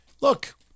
Look